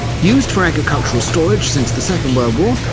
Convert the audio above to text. used for agricultural storage since the second world war,